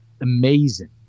amazing